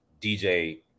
DJ